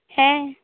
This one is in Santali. ᱦᱮᱸ